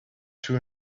two